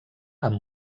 amb